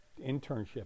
internship